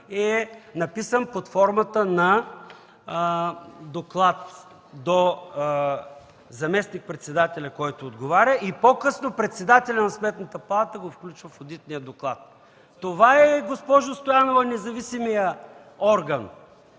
е написан под формата на доклад до заместник-председателя, който отговаря, и по-късно председателят на Сметната палата го включва в одитния доклад. Госпожо Стоянова, това ли е независимият орган,